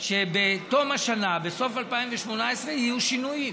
שבתום השנה, בסוף 2018, יהיו שינויים.